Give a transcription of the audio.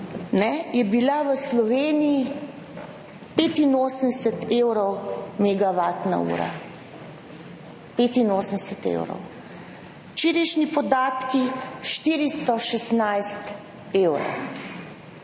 je bila v Sloveniji 85 evrov megavatna ura, 85 evrov, včerajšnji podatki 416 evrov